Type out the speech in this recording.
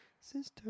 Sister